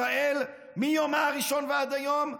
ישראל, מיומה הראשון ועד היום,